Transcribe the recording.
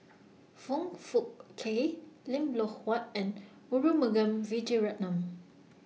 Foong Fook Kay Lim Loh Huat and Arumugam Vijiaratnam